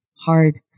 hard